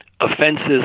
offenses